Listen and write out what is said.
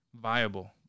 viable